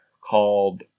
called